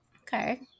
Okay